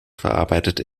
verarbeitet